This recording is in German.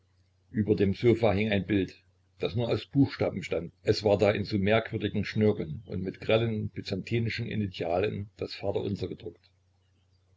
über dem sofa hing ein bild das nur aus buchstaben bestand es war da in so merkwürdigen schnörkeln und mit grellen byzantinischen initialen das vater unser gedruckt